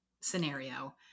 scenario